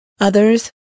others